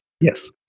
Yes